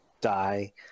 die